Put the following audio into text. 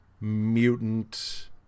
mutant